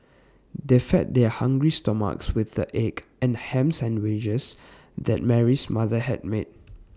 they fed their hungry stomachs with the egg and Ham Sandwiches that Mary's mother had made